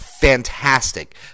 fantastic